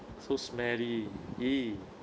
so smelly !ee!